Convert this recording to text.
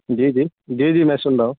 جی جی جی جی میں سن رہا ہوں